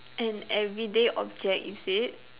an everyday object is it